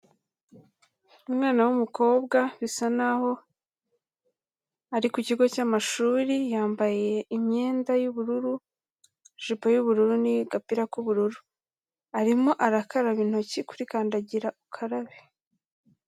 Umwana w'umukobwa bisa naho ari ku kigo cy'amashuri, yambaye imyenda y'ubururu, ijipo y'ubururu n'agapira k'ubururu, arimo arakaraba intoki kuri kandagira ukarabe.